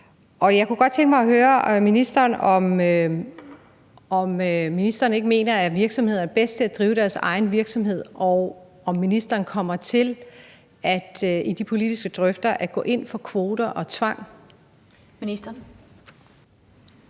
Jeg kunne godt tænke mig at høre, om ministeren ikke mener, at virksomhederne er bedst til at drive deres egen virksomhed, og om ministeren kommer til i de politiske drøftelser at gå ind for kvoter og tvang. Kl.